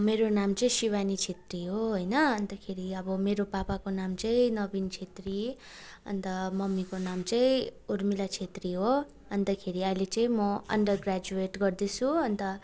मेरो नाम चाहिँ शिवानी छेत्री हो होइन अन्तखेरि अब मेरो पापाको नाम चाहिँ नविन छेत्री अन्त ममीको नाम चाहिँ उर्मिला छेत्री हो अन्तखेरि अहिले चाहिँ म अन्डर ग्रेजुयेट गर्दैछु अन्त